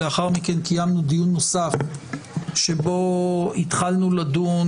לאחר מכן קיימנו דיון נוסף שבו התחלנו לדון